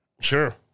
Sure